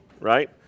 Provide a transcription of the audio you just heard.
right